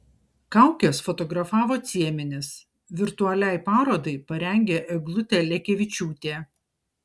kaukes fotografavo cieminis virtualiai parodai parengė eglutė lekevičiūtė